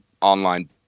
online